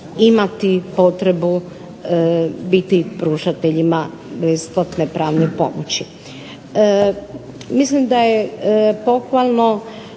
imati potrebu biti pružateljima besplatne pravne pomoći.